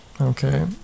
okay